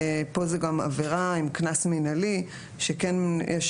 פה זה גם עבירה עם קנס מינהלי שכן יש